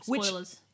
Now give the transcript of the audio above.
Spoilers